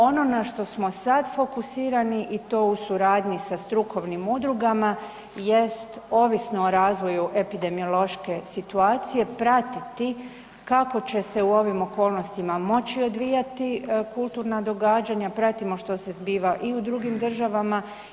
Ono na što smo sad fokusirani i to u suradnji sa strukovnim udrugama jest ovisno o razvoju epidemiološke situacije pratiti kako će se u ovim okolnostima moći odvijati kulturna događanja, pratimo što se zbiva i u drugim državama.